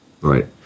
right